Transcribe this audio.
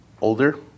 older